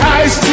ice